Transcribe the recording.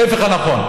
ההפך הוא הנכון.